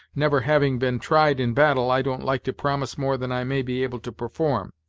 never having been tried in battle, i don't like to promise more than i may be able to perform.